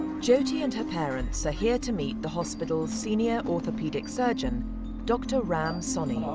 jyoti and her parents are here to meet the hospital's senior orthapeadic surgeon dr ram soni. ah